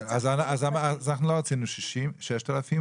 --- אנחנו לא רצינו 6,000,